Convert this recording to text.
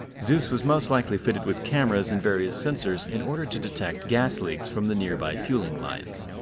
zeus was most likely fitted with cameras and various sensors in order to detect gas leaks from the nearby fueling lines.